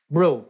Bro